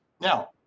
Now